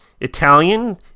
Italian